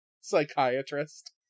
psychiatrist